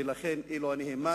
ולכן אילו האמנתי